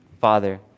Father